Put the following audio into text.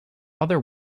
other